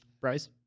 Bryce